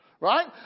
right